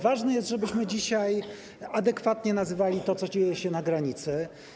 Ważne jest, żebyśmy dzisiaj adekwatnie nazywali to, co dzieje się na granicy.